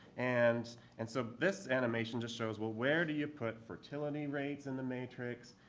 and and so this animation just shows, well where do you put fertility rates in the matrix?